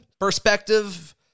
perspective